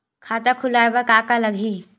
खाता खुलवाय बर का का लगही?